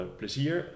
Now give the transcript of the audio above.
plezier